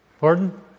Pardon